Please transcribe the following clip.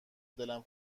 دلم